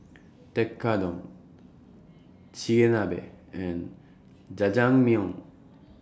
Tekkadon Chigenabe and Jajangmyeon